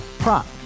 Prop